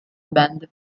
band